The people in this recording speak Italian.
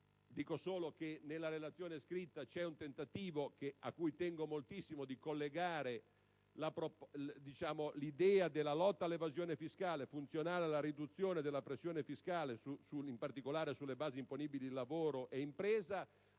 evidenziare che nella relazione scritta c'è un tentativo, cui tengo moltissimo, di collegare l'idea della lotta all'evasione fiscale, funzionale alla riduzione della pressione fiscale, in particolare sulle basi imponibili del lavoro e dell'impresa,